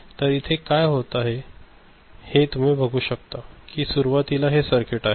तर इथे काय होत आहे ते तुम्ही बघू शकता कि सुरुवातीला हे सर्किट आहे